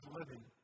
living